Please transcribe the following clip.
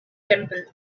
temple